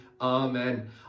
Amen